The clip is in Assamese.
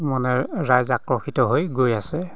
মানে ৰাইজ আকৰ্ষিত হৈ গৈ আছে